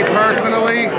personally